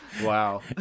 wow